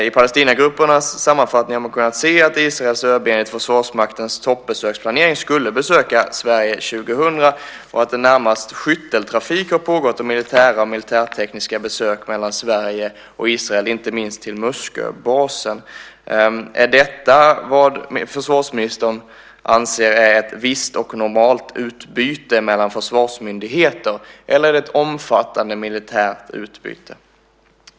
I Palestinagruppernas sammanfattning har man kunnat se att Israels ÖB enligt Försvarsmaktens toppbesöksplanering skulle besöka Sverige 2000 och att närmast en skytteltrafik har pågått av militära och militärtekniska besök mellan Sverige och Israel, inte minst på Musköbasen. Är detta vad försvarsministern anser är ett visst och normalt utbyte mellan försvarsmyndigheter, eller är det ett omfattande militärt utbyte?